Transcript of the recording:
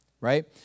Right